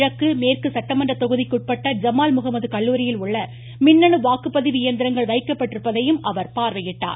கிழக்கு மேற்கு சட்டமன்ற தொகுதிக்குட்பட்ட ஜமால் முகமது கல்லூரியில் உள்ள மின்னணு வாக்குப்பதிவு இயந்திரங்கள் வைக்கப்பட்டதையும் அவர் பார்வையிட்டார்